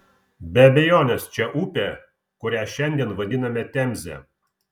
be abejonės čia upė kurią šiandien vadiname temze